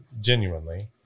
genuinely